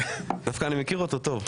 דווקא אני מכיר אותו טוב.